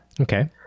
okay